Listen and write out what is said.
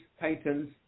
Titans